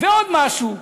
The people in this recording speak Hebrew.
ועוד משהו.